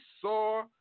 saw